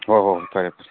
ꯍꯣꯏ ꯍꯣꯏ ꯍꯣꯏ ꯐꯔꯦ ꯐꯔꯦ